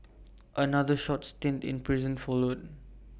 another short stint in prison followed